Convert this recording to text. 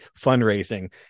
fundraising